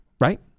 Right